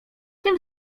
tym